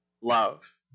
love